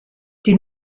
die